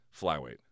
flyweight